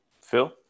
Phil